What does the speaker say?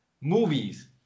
movies